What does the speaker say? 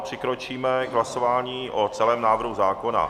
Přikročíme k hlasování o celém návrhu zákona.